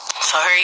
Sorry